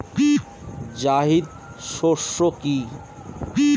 জায়িদ শস্য কি?